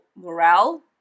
morale